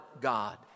God